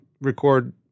record